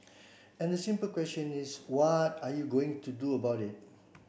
and the simple question is what are you going to do about it